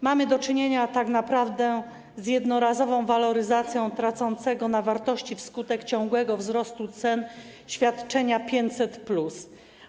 Mamy do czynienia tak naprawdę z jednorazową waloryzacją tracącego na wartości wskutek ciągłego wzrostu cen świadczenia 500+.